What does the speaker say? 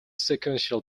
sequential